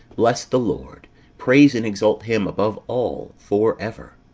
bless the lord praise and exalt him above all for ever.